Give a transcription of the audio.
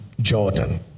Jordan